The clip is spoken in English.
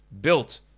built